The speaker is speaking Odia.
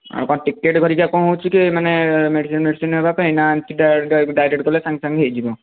ଆଉ କଣ ଟିକେଟ ହେରିକା କଣ ଅଛି କି ମାନେ ମେଡ଼ିସିନ ମେଡ଼ିସିନ ନେବାପାଇଁ ନା ଏମତି ଡ଼ାଇରେଟ ଗଲେ ସାଙ୍ଗେ ସାଙ୍ଗେ ହୋଇଯିବ